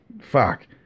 Fuck